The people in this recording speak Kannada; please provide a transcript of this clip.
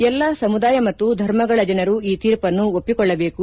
ಎಲ್ಲಾ ಸಮುದಾಯ ಮತ್ತು ಧರ್ಮಗಳ ಜನರು ಈ ತೀರ್ಪನ್ನು ಒಪ್ಪಿಕೊಳ್ಳಬೇಕು